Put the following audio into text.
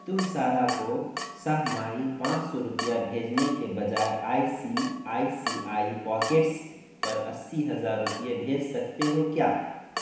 تم سارا کو سہ ماہی پانچ سو روپیہ بھیجنے کے بجائے I C I C I pockets پر اسی ہزار روپیہ بھیج سکتے ہو کیا